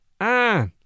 Ah